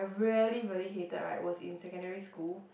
really really hated right was in secondary school